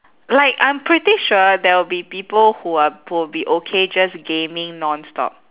like I'm pretty sure there'll be people who are who will be okay just gaming non stop